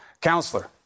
Counselor